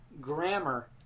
grammar